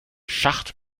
schacht